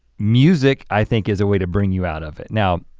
music i think is a way to bring you out of it. now,